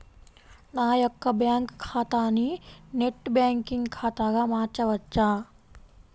నా యొక్క బ్యాంకు ఖాతాని నెట్ బ్యాంకింగ్ ఖాతాగా మార్చవచ్చా?